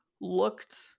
looked